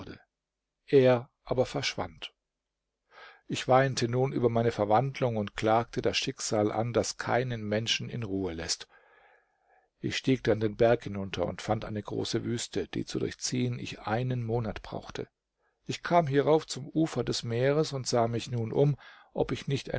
er aber verschwand ich weinte nun über meine verwandlung und klagte das schicksal an das keinen menschen in ruhe läßt ich stieg dann den berg hinunter und fand eine große wüste die zu durchziehen ich einen monat brauchte ich kam hierauf zum ufer des meeres und sah mich nun um ob ich nicht